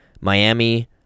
Miami